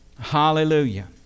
Hallelujah